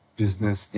business